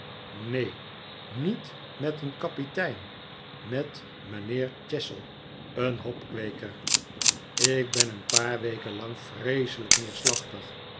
neen niet met een kapitein met mijnheer chestle een hopkweeker ik ben een paar weken lang vreeselijk neerslachtig